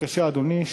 בבקשה, אדוני.